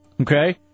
Okay